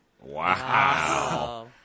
Wow